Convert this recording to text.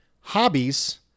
Hobbies